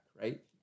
right